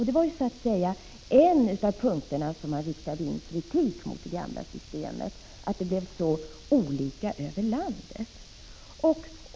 Det var en av de punkter där man riktade kritik mot det gamla systemet — det blev så olika över landet.